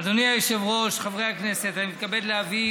אדוני היושב-ראש, חברי הכנסת, אני מתכבד להביא